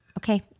Okay